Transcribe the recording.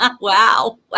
Wow